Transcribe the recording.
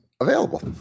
available